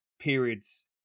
periods